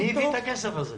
מי הביא את הכסף הזה?